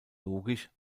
logisch